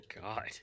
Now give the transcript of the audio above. god